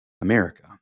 America